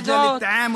ידועות,